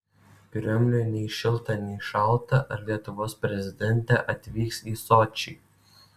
kremliui nei šilta nei šalta ar lietuvos prezidentė atvyks į sočį